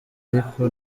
ariko